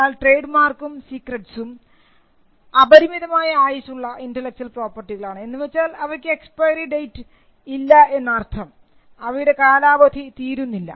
എന്നാൽ ട്രേഡ് മാർക്കും ട്രേഡ് സീക്രട്ട്സും അപരിമിതമായ ആയുസ്സുള്ള ഇന്റെലക്ച്വൽ പ്രോപർട്ടികളാണ് എന്ന് വെച്ചാൽ അവക്ക് എക്സ്പെയറി ഡേറ്റ് ഇല്ല എന്നർത്ഥം അവയുടെ കാലാവധി തീരുന്നില്ല